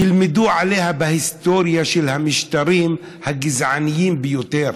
ילמדו עליה בהיסטוריה של המשטרים הגזעניים ביותר.